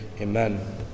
Amen